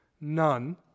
None